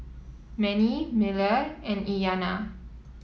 Manie Miller and Iyanna